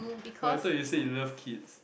but I thought you said you love kids